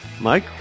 Mike